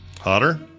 Hotter